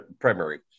primary